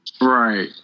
Right